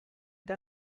der